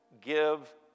give